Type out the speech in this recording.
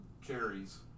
cherries